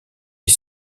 est